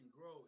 grow